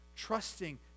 trusting